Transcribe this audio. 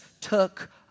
took